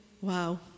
wow